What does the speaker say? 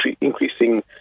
increasing